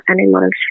animals